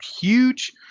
huge